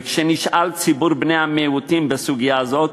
וכי כשנשאל ציבור בני המיעוטים בסוגיה זאת,